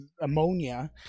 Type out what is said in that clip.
ammonia